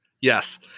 Yes